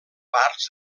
parts